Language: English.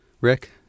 Rick